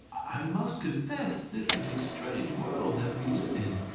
i must confess this is a strange world that we live in.